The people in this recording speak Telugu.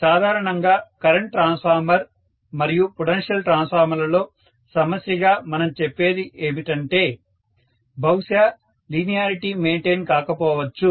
సాధారణంగా కరెంట్ ట్రాన్స్ఫార్మర్ మరియు పొటెన్షియల్ ట్రాన్స్ఫార్మర్ లలో సమస్యగా మనం చెప్పేది ఏమంటే బహుశా లీనియారిటీ మెయింటైన్ కాకపోవచ్చు